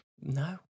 No